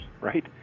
right